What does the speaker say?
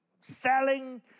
selling